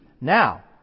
Now